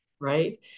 Right